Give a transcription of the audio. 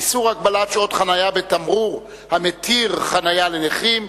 (איסור הגבלת שעות חנייה בתמרור המתיר חנייה לנכים),